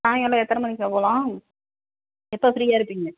சாயங்காலம் எத்தனை மணிக்குக்கா போகலாம் எப்போ ஃப்ரீயாக இருப்பீங்க